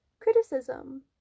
criticism